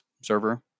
server